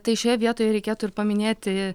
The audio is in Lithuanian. tai šioje vietoje reikėtų ir paminėti